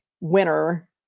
winner